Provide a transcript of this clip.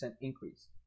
increase